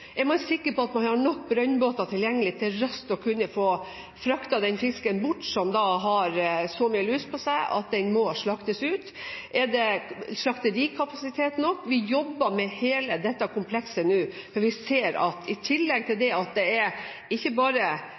Er man sikker på at man har nok brønnbåter tilgjengelig til raskt å kunne få fraktet den fisken bort som har så mye lus på seg at den må slaktes ut? Er det slakterikapasitet nok? Vi jobber med hele dette komplekset nå, for vi ser i tillegg at man ikke bare jobber med nye metoder, men det